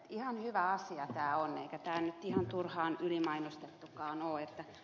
ihan hyvä asia tämä on eikä tämä nyt ihan turhaan ylimainostettukaan ole